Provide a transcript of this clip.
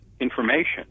information